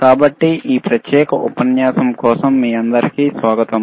కాబట్టి ఈ ప్రత్యేకమైన ఉపన్యాసం కోసం మీ అందరికీ స్వాగతం